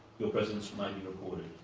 your presence may be recorded.